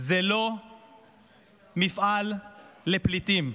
זה לא מפעל לפליטים.